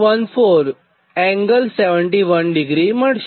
14∠71° મળશે